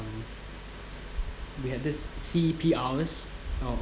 um we had this C_E_P hours